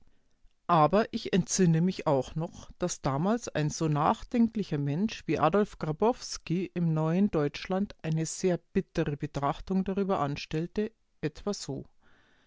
aber ich entsinne mich auch noch daß damals ein so nachdenklicher mensch wie adolf grabowsky im neuen deutschland eine sehr bittere betrachtung darüber anstellte etwa so